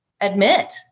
admit